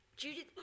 Judith